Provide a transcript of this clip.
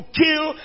kill